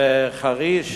ובחריש,